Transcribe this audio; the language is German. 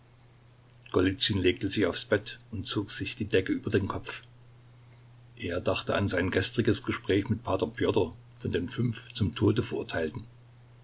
golizyn legte sich aufs bett und zog sich die decke über den kopf er dachte an sein gestriges gespräch mit p pjotr von den fünf zum tode verurteilten